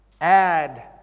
Add